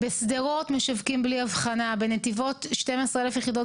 הכי טוב זה לבוא לתת לאנשים לאפשר להוציא היתרים,